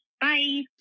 Bye